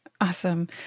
Awesome